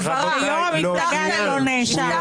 הבטחת לי.